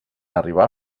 arribar